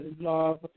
love